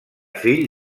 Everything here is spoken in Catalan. fill